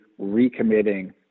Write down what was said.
recommitting